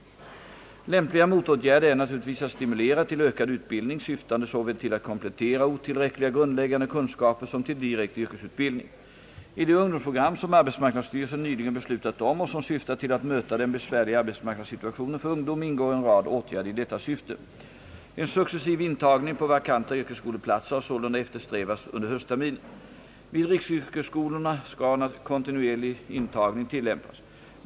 Lämpliga motåtgärder är naturligtvis att stimulera till ökad utbildning syftande såväl till att komplettera otillräckliga grundläggande kunskaper som till direkt yrkesutbildning. I det ungdomsprogram som arbetsmarknadsstyrelsen nyligen beslutat om och som syftar till att möta den besvärliga arbetsmarknadssituationen för ungdom ingår en rad åtgärder i detta syfte. En successiv intagning på vakanta yrkesskoleplatser har sålunda eftersträvats under höstterminen. Vid = riksyrkesskolorna skall kontinuerlig intagning tillämpas.